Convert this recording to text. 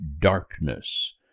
darkness